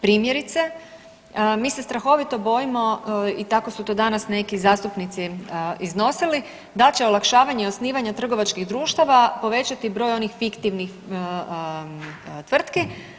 Primjerice, mi se strahovito bojimo i tako su to danas neki zastupnici iznosili da će olakšavanje i osnivanja trgovačkih društava povećati broj onih fiktivnih tvrtki.